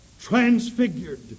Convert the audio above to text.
transfigured